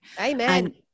Amen